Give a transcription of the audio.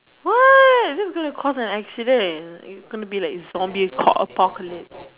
what that's gonna cause an accident you gonna be like zombie a core~ apocalypse